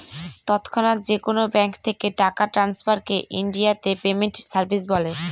তৎক্ষণাৎ যেকোনো ব্যাঙ্ক থেকে টাকা ট্রান্সফারকে ইনডিয়াতে পেমেন্ট সার্ভিস বলে